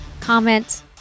comment